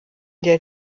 der